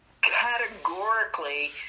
categorically